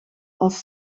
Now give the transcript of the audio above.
als